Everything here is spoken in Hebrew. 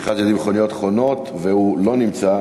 הוא לא נמצא,